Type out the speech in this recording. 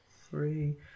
three